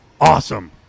awesome